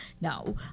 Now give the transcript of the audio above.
Now